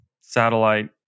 satellite